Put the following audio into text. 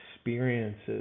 Experiences